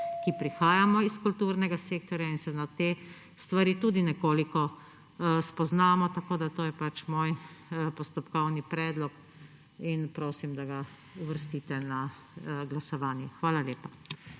ki prihajamo iz kulturnega sektorja in se na te stvari tudi nekoliko spoznamo. To je moj postopkovni predlog in prosim, da ga uvrstite na glasovanje. Hvala lepa.